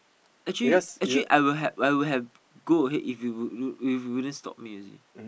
actually actually I would have I would have go ahead if you you if you wouldn't stop me you see